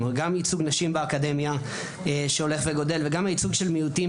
ייצוג הנשים באקדמיה שהולך וגדל וייצוג המיעוטים